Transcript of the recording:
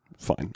Fine